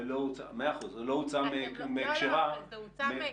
מאה אחוז, ולא הוצאה מהקשרה --- זה הוצא מהקשרו.